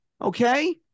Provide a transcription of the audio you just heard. okay